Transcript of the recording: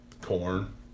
corn